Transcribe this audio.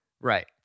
Right